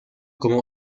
como